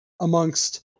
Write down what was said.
amongst